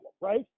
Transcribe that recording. right